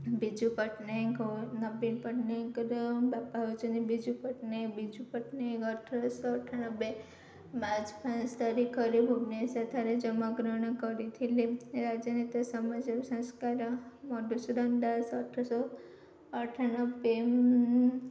ବିଜୁ ପଟ୍ଟନାୟକ ଓ ନବୀନ ପଟ୍ଟନାୟକଙ୍କର ବାପା ହଉଛନ୍ତି ବିଜୁ ପଟ୍ଟନାୟକ ବିଜୁ ପଟ୍ଟନାୟକ ଅଠରଶହ ଅଠାନବେ ମାର୍ଚ୍ଚ ପାଞ୍ଚ ତାରିଖରେ ଭୁବନେଶ୍ଵର ସେଠାରେ ଜନ୍ମ ଗ୍ରହଣ କରିଥିଲେ ରାଜନେତା ସମାଜବ ସଂସ୍କାର ମଧୁସୁଦନ ଦାସ ଅଠରଶହ ଅଠାନବେ